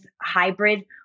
hybrid